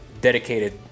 dedicated